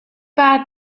bad